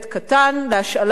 להשאלת ספרים,